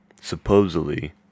supposedly